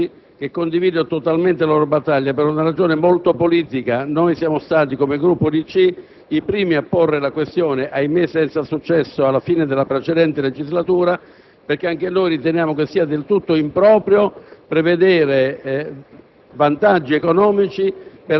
per dire ai colleghi Verdi che condivido totalmente la loro battaglia, per una ragione molto politica: come Gruppo UDC, siamo stati i primi a porre la questione, ahimè senza successo, alla fine della precedente legislatura. Anche noi, infatti, riteniamo del tutto improprio prevedere